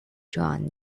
drawn